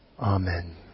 Amen